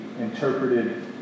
interpreted